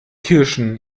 kirschen